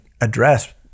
address